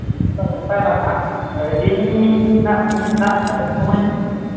ᱱᱚᱝᱠᱟᱭᱱᱟ ᱦᱟᱸᱜ ᱤᱧ ᱡᱩᱫᱤ ᱦᱟᱸᱜ